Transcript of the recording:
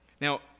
Now